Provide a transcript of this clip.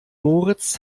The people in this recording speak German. moritz